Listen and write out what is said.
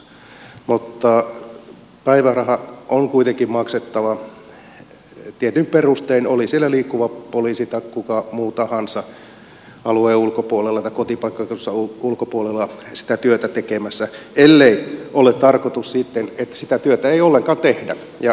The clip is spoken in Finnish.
mutta päiväraha on kuitenkin maksettava tietyin perustein oli siellä liikkuva poliisi tai kuka muu tahansa alueensa kotipaikkansa ulkopuolella sitä työtä tekemässä ellei ole tarkoitus sitten että sitä työtä ei ollenkaan tehdä ja silloin varmasti näitä päivärahakustannuksia pystytään vähentämään